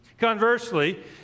Conversely